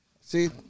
See